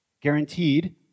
Guaranteed